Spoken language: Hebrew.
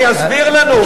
שיסביר לנו.